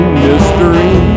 mystery